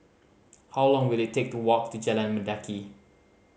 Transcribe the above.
how long will it take to walk to Jalan Mendaki